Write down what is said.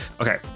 Okay